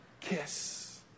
kiss